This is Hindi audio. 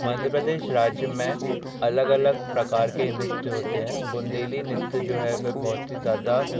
मध्य प्रदेश राज्य मे अलग अलग प्रकार के नृत्य होते है बुंदेली नृत्य जो है वे बहुत ही ज़्यादा